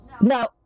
no